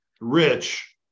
Rich